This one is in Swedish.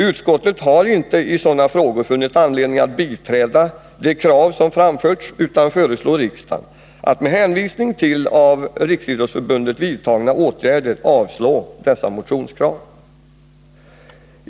Utskottet har inte i sådana frågor funnit anledning att biträda de krav som framförts utan föreslår riksdagen att med hänvisning till av Riksidrottsförbundet vidtagna åtgärder avslå dessa motionskrav.